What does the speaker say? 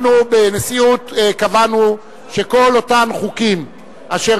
אנחנו בנשיאות קבענו שכל אותם חוקים אשר